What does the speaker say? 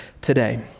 today